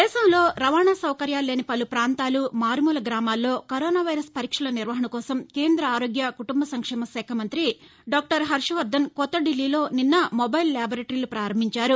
దేశంలో రవాణా సౌకర్యాలు లేని పలు ప్రాంతాలు మారుమూల గ్రామాల్లో కరోనా వైరస్ పరీక్షల నిర్వహణ కోసం కేంద్ర ఆరోగ్య కుటుంబ సంక్షేమ శాఖ మంతి డాక్లర్ హర్వవర్గన్ కొత్త దిల్లీలో నిన్న మొబైల్ లేబరేటరీలు ప్రారంభించారు